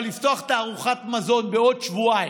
אבל לפתוח תערוכת מזון בעוד שבועיים,